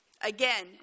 Again